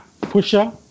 Pusher